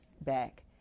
back